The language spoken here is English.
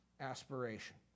aspiration